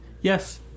Yes